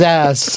ass